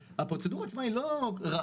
הפרוצדורה עצמה היא לא רעה,